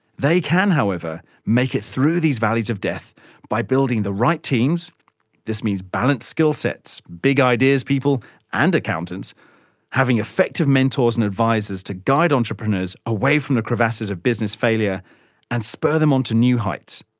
they can, however, make it through these valleys of death by building the right teams this means balanced skill sets, big ideas people and accountants having effective mentors and advisors to guide entrepreneurs away from the crevasses of business failure and spur them on to new heights,